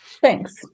Thanks